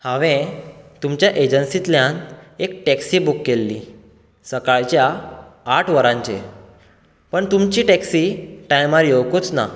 हांवें तुमच्या एजंसिंतल्यान एक टॅक्सी बूक केल्ली सकाळच्या आठ वरांचेर पूण तुमची टॅक्सी टायमार येवंकूच ना